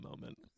moment